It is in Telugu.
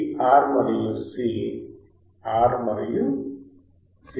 ఈ R మరియు C R మరియు C